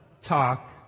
talk